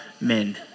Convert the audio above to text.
men